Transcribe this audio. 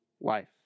life